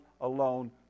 alone